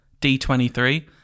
D23